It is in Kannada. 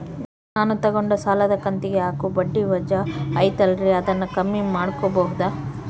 ನಾನು ತಗೊಂಡ ಸಾಲದ ಕಂತಿಗೆ ಹಾಕೋ ಬಡ್ಡಿ ವಜಾ ಐತಲ್ರಿ ಅದನ್ನ ಕಮ್ಮಿ ಮಾಡಕೋಬಹುದಾ?